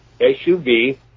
SUV